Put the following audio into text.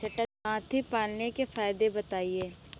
हाथी पालने के फायदे बताए?